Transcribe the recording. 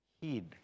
heed